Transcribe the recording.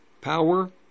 power